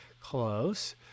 Close